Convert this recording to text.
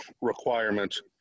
requirements